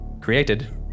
created